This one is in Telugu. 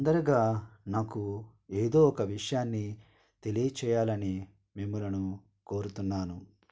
తొందరగా నాకు ఏదో ఒక విషయాన్ని తెలియచేయాలని మిమ్ములను కోరుతున్నాను